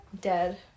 dead